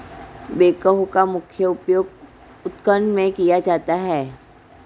backhoe का मुख्य उपयोग उत्खनन में किया जाता है